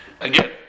Again